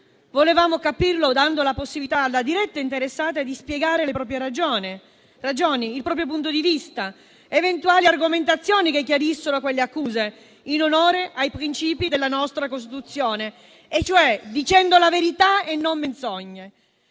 volevamo capirlo dando alla diretta interessata la possibilità di spiegare le proprie ragioni, il proprio punto di vista, con eventuali argomentazioni che chiarissero quelle accuse, in onore dei princìpi della nostra Costituzione, cioè dicendo la verità e non menzogne.